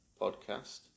podcast